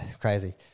crazy